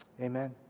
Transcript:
Amen